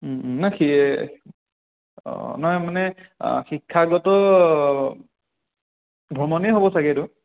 নহয় সেই অঁ নহয় মানে শিক্ষাগত ভ্ৰমণেই হ'ব চাগে এইটো